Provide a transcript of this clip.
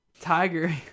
Tiger